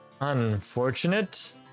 Unfortunate